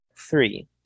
three